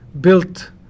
built